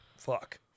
Fuck